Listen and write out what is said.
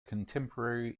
contemporary